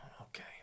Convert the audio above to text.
Okay